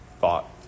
thought